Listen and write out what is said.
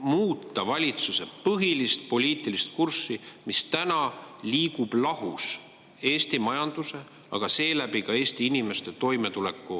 muuta valitsuse põhilist poliitilist kurssi, mis praegu liigub lahus Eesti majanduse, aga seeläbi ka Eesti inimeste toimetuleku